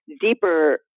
deeper